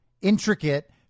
intricate